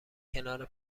کنار